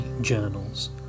Journals